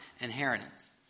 inheritance